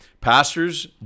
pastors